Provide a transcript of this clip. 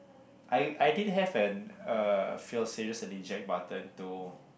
I I didn't have an uh fail safe just an eject button to